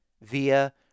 via